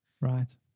right